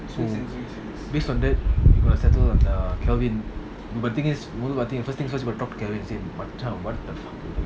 so based on that we will settle on err kelvin but the thing is first thing first we will talk to kelvin say machan